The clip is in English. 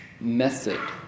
method